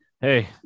Hey